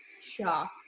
shocked